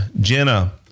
Jenna